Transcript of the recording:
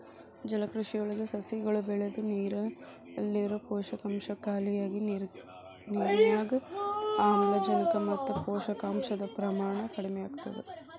ಜಲಕೃಷಿಯೊಳಗ ಸಸಿಗಳು ಬೆಳದು ನೇರಲ್ಲಿರೋ ಪೋಷಕಾಂಶ ಖಾಲಿಯಾಗಿ ನಿರ್ನ್ಯಾಗ್ ಆಮ್ಲಜನಕ ಮತ್ತ ಪೋಷಕಾಂಶದ ಪ್ರಮಾಣ ಕಡಿಮಿಯಾಗ್ತವ